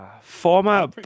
former